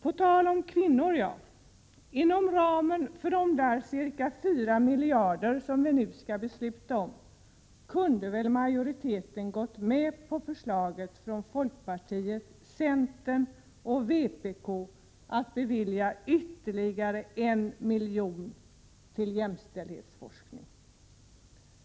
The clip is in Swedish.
På tal om kvinnor, nog hade väl majoriteten kunnat gå med på kravet från folkpartiet, centern och vpk på att bevilja ytterligare 1 milj.kr. till jämställdhetsforskning inom ramen för de ca 4 miljarder kronor i anslag som vi nu skall besluta om?